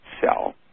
cell